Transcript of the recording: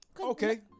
Okay